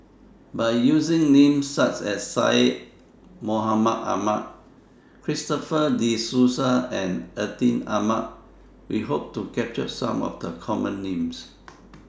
By using Names such as Syed Mohamed Ahmed Christopher De Souza and Atin Amat We Hope to capture Some of The Common Names